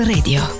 Radio